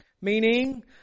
Meaning